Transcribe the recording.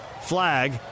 flag